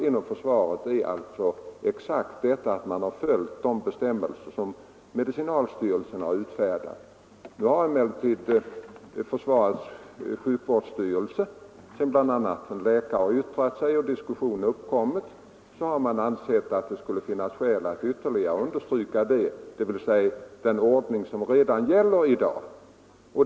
Inom försvaret har man exakt följt de bestämmelser som socialstyrelsen har utfärdat. Nu har emellertid försvarets sjukvårdsbyrå, sedan bl.a. den omnämnde läkaren framträtt och diskussion uppkommit ansett att det kan finnas skäl att ytterligare understryka de bestämmelser som redan gäller i dag.